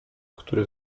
który